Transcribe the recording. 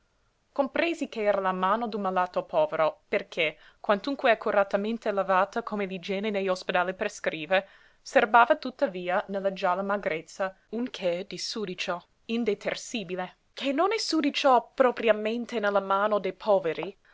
stanchezza compresi ch'era la mano d'un malato povero perché quantunque accuratamente lavata come l'igiene negli ospedali prescrive serbava tuttavia nella gialla magrezza un che di sudicio indetersibile che non è sudicio propriamente nella mano dei poveri